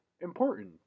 important